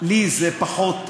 לי זה פחות,